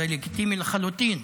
זה לגיטימי לחלוטין.